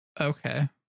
Okay